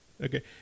okay